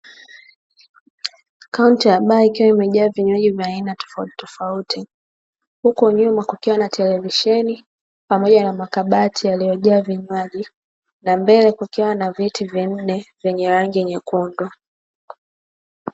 Kaunta ya baa ikiwa imejaa vinywaji vya aina tofautitofauti, huku nyuma kukiwa na televisheni pamoja na makabati yaliyo jaa vinywaji, na mbele kukiwa na viti vinne vyenye rangi nyekundu.